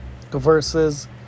versus